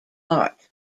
art